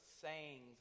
sayings